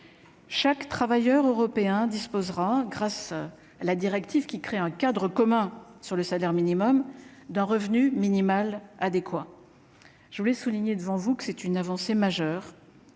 Chaque travailleur européen disposera grâce la directive qui crée un cadre commun sur le salaire minimum d'un revenu minimal adéquat, je voulais souligner devant vous que c'est une avancée majeure,